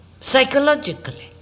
psychologically